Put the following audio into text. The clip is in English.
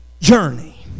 journey